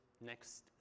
next